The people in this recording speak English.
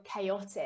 chaotic